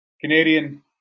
Canadian